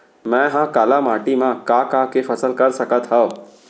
मै ह काली माटी मा का का के फसल कर सकत हव?